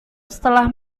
setelah